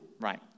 right